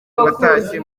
watashye